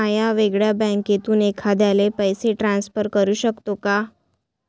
म्या वेगळ्या बँकेतून एखाद्याला पैसे ट्रान्सफर करू शकतो का?